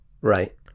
right